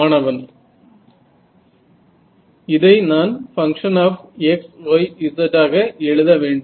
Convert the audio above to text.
மாணவன் இதை நான் பங்க்ஷன் ஆப் xyz ஆக எழுத வேண்டும்